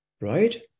Right